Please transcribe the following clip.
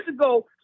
ago